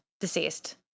deceased